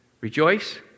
Rejoice